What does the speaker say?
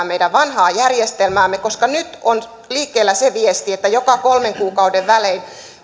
meidän vanhaa järjestelmäämme koska nyt on liikkeellä se viesti että kolmen kuukauden välein